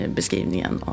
beskrivningen